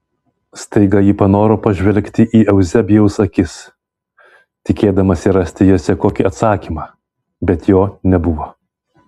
staiga ji panoro pažvelgti į euzebijaus akis tikėdamasi rasti jose kokį atsakymą bet jo nebuvo